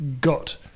got